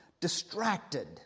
distracted